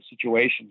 situations